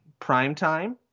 Primetime